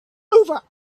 over